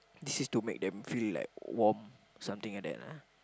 this is to make them feel like warm something like that lah